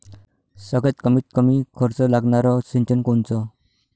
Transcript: सगळ्यात कमीत कमी खर्च लागनारं सिंचन कोनचं?